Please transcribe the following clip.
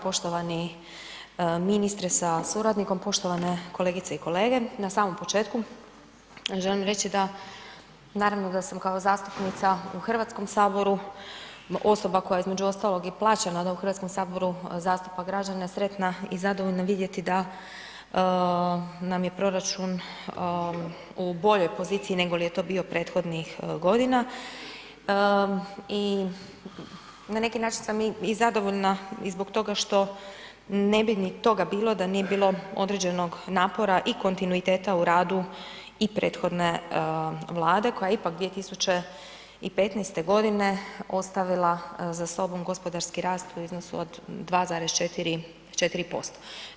Poštovani ministre sa suradnikom, poštovane kolegice i kolege na samom početku želim reći da naravno da sam kao zastupnica u Hrvatskom saboru osoba koja je između ostalog i plaćena da u Hrvatskom saboru zastupa građane sretna i zadovoljna vidjeti da nam je proračun u boljoj poziciji nego li je to bio prethodnih godina i na neki način sam i zadovoljna i zbog toga što da ne bi ni toga bilo da nije bilo određenog napora i kontinuiteta u radu i prethodne vlade koja je ipak 2015. godine ostavila za sobom gospodarski rast u iznosu od 2,4%